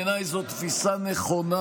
בעיניי זאת תפיסה נכונה.